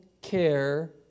care